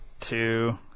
two